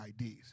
IDs